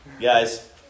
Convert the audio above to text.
Guys